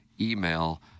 email